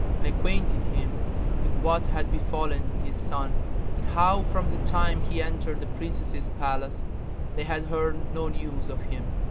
and acquainted him with what had befallen his son and how from the time he entered the princess's palace they had heard no news of him.